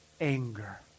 anger